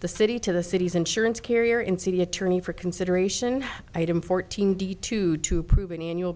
the city to the city's insurance carrier in city attorney for consideration item fourteen d two to prove an annual